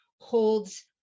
holds